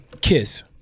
Kiss